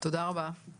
תודה רבה שר הרווחה.